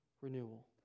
renewal